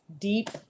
Deep